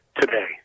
today